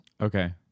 okay